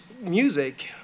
music